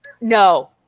No